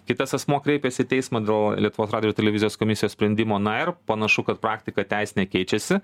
kitas asmuo kreipėsi į teismą dėl lietuvos radijo ir televizijos komisijos sprendimo na ir panašu kad praktika teisinė keičiasi